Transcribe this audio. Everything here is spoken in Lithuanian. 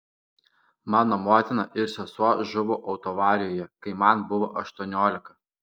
mano motina ir sesuo žuvo autoavarijoje kai man buvo aštuoniolika